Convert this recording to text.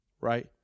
right